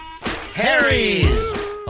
Harry's